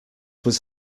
was